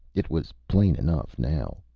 it was plain enough now.